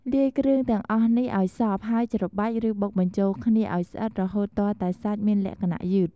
លាយគ្រឿងទាំងអស់នេះឱ្យសព្វ ហើយច្របាច់ ឬបុកបញ្ចូលគ្នាឱ្យស្អិតរហូតទាល់តែសាច់មានលក្ខណៈយឺត។